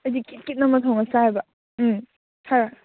ꯑꯩꯗꯤ ꯀꯤꯠꯀꯤꯠ ꯅꯝꯃ ꯊꯣꯡꯉ ꯆꯥꯔꯕ ꯎꯝ ꯍꯥ